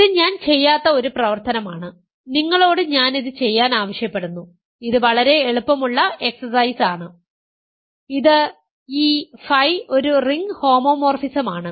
ഇത് ഞാൻ ചെയ്യാത്ത ഒരു പ്രവർത്തനമാണ് നിങ്ങളോട് ഞാൻ ഇത് ചെയ്യാൻ ആവശ്യപ്പെടുന്നു ഇത് വളരെ എളുപ്പമുള്ള എക്സർസൈസ് ആണ് ഇത് ഈ ф ഒരു റിംഗ് ഹോമോമോർഫിസമാണ്